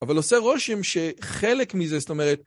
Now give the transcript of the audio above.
אבל עושה רושם שחלק מזה, זאת אומרת...